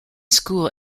school